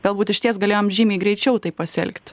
galbūt išties galėjom žymiai greičiau taip pasielgt